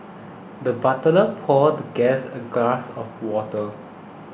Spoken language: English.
the butler poured the guest a glass of water